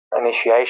initiation